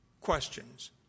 questions